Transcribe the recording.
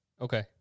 Okay